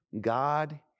God